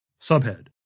Subhead